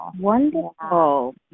wonderful